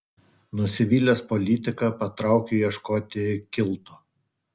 nusivylęs politika patraukiu ieškoti kilto